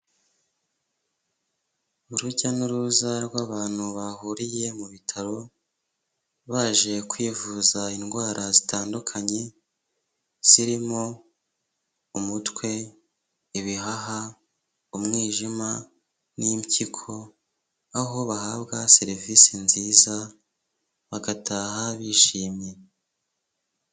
Urujya n'uruza rw'abantu bahuriye mu bitaro baje kwivuza indwara zitandukanye zirimo umutwe ibihaha umwijima n'impyiko aho bahabwa serivisi nziza bagataha bishimye.